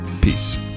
peace